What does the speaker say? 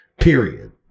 Period